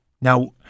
Now